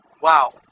Wow